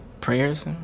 prayers